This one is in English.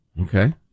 okay